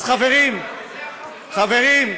אז, חברים,